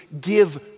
give